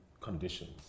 conditions